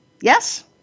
Yes